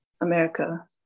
America